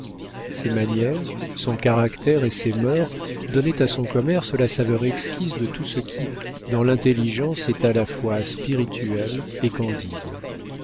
ses manières son caractère et ses mœurs donnaient à son commerce la saveur exquise de tout ce qui dans l'intelligence est à la fois spirituel et candide